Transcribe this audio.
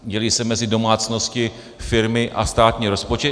Dělí se mezi domácnosti, firmy a státní rozpočet.